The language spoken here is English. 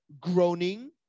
groaning